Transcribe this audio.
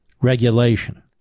regulation